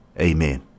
Amen